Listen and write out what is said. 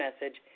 message